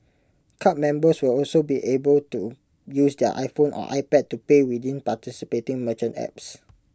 card members will also be able to use their iPhone or iPad to pay within participating merchant apps